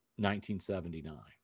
1979